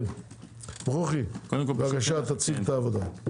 בבקשה, ברוכי, תציג את העבודה.